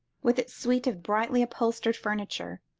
with its suite of brightly upholstered furniture,